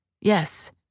Yes